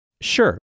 Sure